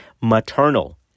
Maternal